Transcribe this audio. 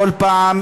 כל פעם